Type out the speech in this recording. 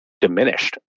diminished